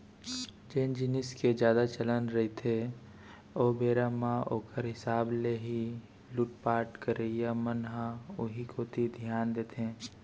जेन जिनिस के जादा चलन रहिथे ओ बेरा म ओखर हिसाब ले ही लुटपाट करइया मन ह उही कोती धियान देथे